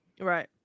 right